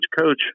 Coach